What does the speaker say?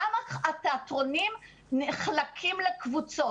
גם התיאטרונים נחלקים לקבוצות,